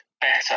better